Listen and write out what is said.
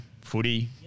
footy